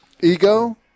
Ego